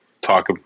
talk